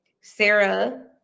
Sarah